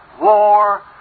war